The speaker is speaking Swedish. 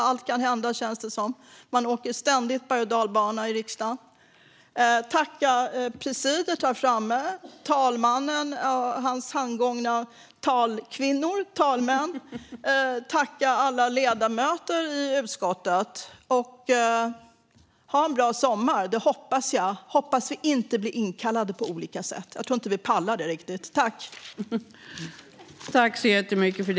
Det känns som att allt kan hända, och man åker ständigt bergochdalbana i riksdagen. Men jag vill alltså tacka presidiet, talmannen och hans handgångna talkvinnor - talmän. Jag vill också tacka alla ledamöter i utskottet. Ha en bra sommar! Det hoppas jag att vi får, och jag hoppas att vi inte blir inkallade på olika sätt. Jag tror inte att vi riktigt pallar det.